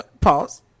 Pause